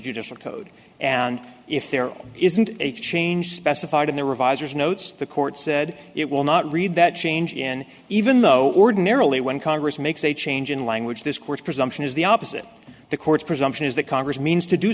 judicial code and if there isn't a change specified in the revisers notes the court said it will not read that change in even though ordinarily when congress makes a change in language this court's presumption is the opposite the court's presumption is that congress means to do